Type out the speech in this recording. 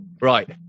right